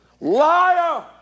Liar